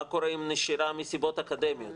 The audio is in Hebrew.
מה קורה עם נשירה מסיבות אקדמיות,